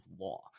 law